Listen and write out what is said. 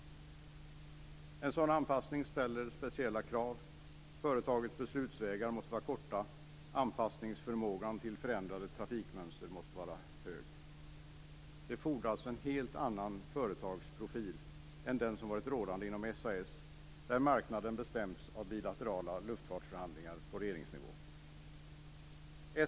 En sådan anpassning ställer speciella krav. Företagets beslutsvägar måste vara korta, anpassningsförmågan till förändrade trafikmönster måste vara hög. Det fordras en helt annan företagsprofil än den som varit rådande inom SAS, där marknaden bestämts av bilaterala luftfartsförhandlingar på regeringsnivå.